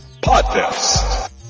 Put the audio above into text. Podcast